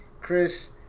Chris